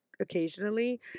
occasionally